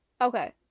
okay